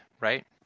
right